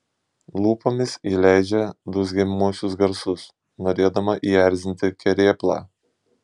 lūpomis ji leidžia dūzgiamuosius garsus norėdama įerzinti kerėplą